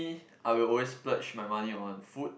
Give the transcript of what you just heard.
I will always splurge my money on food